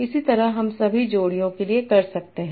इसी तरह हम इन सभी जोड़ियों के लिए कर सकते हैं